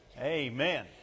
Amen